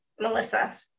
Melissa